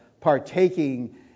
partaking